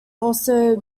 also